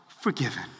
forgiven